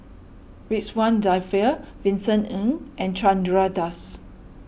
Ridzwan Dzafir Vincent Ng and Chandra Das